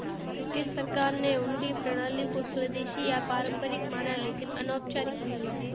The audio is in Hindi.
ब्रिटिश सरकार ने हुंडी प्रणाली को स्वदेशी या पारंपरिक माना लेकिन अनौपचारिक नहीं